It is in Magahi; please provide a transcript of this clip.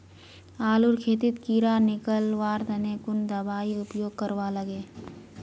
आलूर खेतीत कीड़ा निकलवार तने कुन दबाई उपयोग करवा लगे?